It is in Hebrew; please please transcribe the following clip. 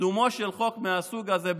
קידומו של חוק מהסוג הזה,